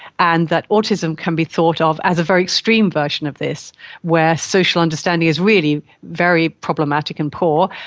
and that autism can be thought of as a very extreme version of this where social understanding is really very problematic and poor,